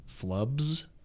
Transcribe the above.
flubs